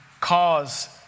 cause